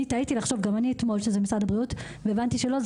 אני תהיתי לחשוב גם אני אתמול שזה משרד הבריאות והבנתי שלא.